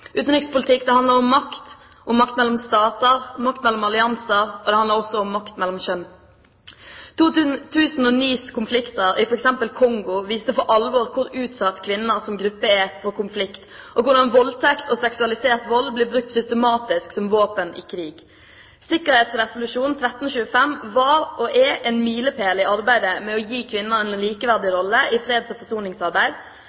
handler også om makt mellom kjønn. 2009s konflikter i f.eks. Kongo viste for alvor hvor utsatt kvinner som gruppe er for konflikt, og hvordan voldtekt og seksualisert vold blir brukt systematisk som våpen i krig. Sikkerhetsresolusjon 1325 var og er en milepæl i arbeidet med å gi kvinner en likeverdig